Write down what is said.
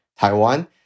Taiwan